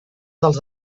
dels